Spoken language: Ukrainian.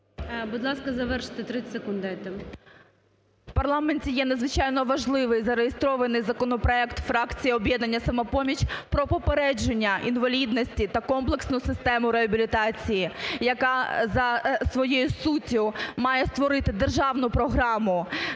В парламенті є надзвичайно важливий зареєстрований законопроект фракції об'єднання "Самопоміч" про попередження інвалідності та комплексну систему реабілітації, яка за своєю суттю має створити державну програму,